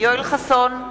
יואל חסון,